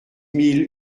mille